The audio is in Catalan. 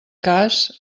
cas